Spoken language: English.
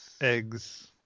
eggs